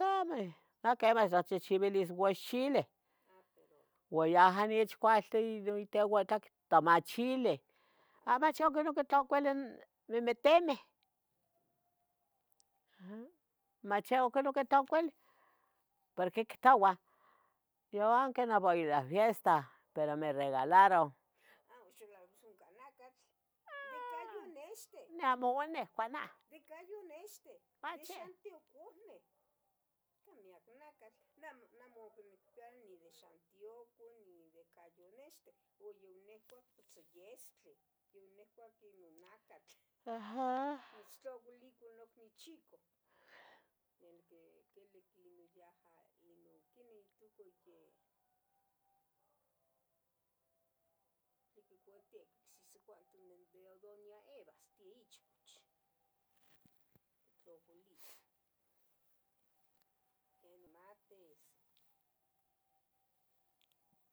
Quemeh, mitzchehcheuilis uaxchileh uan yaja onechcualtih inon tomachileh mach aquin oquitlaocolih emetemeh, mach aquin oquitaocolih, mach aquin oquitaocolih, porque ictouah: "Yo aunque no voy a la fiesta, pero me regalaron." Ah, ox ilauac oncan nacatl, ican yonexte Ah, nah amo nicua nah. Nicah yonexteh in Chantiocomeh, miyac nacattl. Neh amo nicpiya dion de xantiaco, dion de cayonexteh. Yonicuah pitzoyestle, yonicuah quemih nacatl nichtlaocolico nocneu Chicoh. Doña Eva tiixpoch quitlaocolicoh quen matis.